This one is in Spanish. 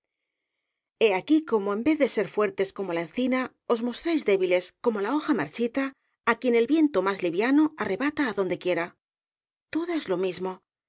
aquí cómo en vez de ser fuertes como la encina os mostráis débiles como la hoja marchita á quien el viento más liviano arrebata adondequiera todas lo mismo